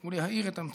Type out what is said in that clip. הוא להאיר את המציאות.